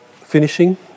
finishing